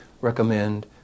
recommend